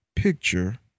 picture